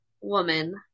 woman